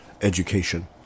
Education